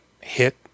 hit